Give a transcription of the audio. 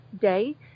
day